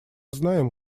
знаем